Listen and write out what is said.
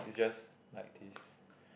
it's just like this